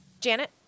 Janet